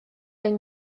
yng